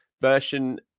version